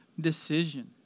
decision